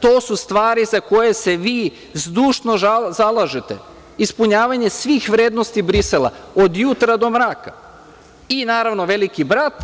To su stvari za koje se vi zdušno zalažete, ispunjavanje svih vrednost Brisela od jutra do mraka i, naravno, „Veliki brat“